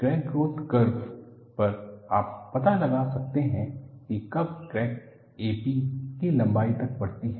crack growth curve पर आप पता लगा सकते हैं की कब क्रैक ap की लंबाई तक बढ़ती है